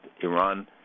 Iran